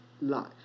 life